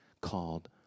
called